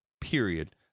period